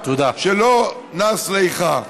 שלא נס ליחה.